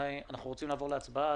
אנחנו רוצים לעבור להצבעה,